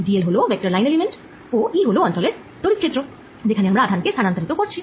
dL হল vector line element ও E হল সেই অঞ্চলের তড়িৎ ক্ষেত্র যেখানে আমরা আধান কে স্থানান্তরিত করছি